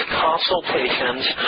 consultations